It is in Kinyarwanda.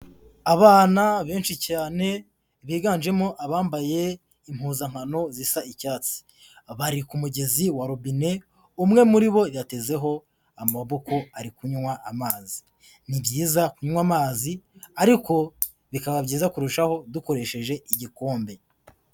Abana benshi cyane biganjemo abambaye impuzankano zisa icyatsi, bari ku mugezi wa robine umwe muri bo yatezeho amaboko ari kunywa amazi. Ni byiza kunywa amazi, ariko bikaba byiza kurushaho dukoresheje igikombe.